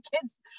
kids